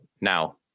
now